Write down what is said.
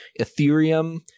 ethereum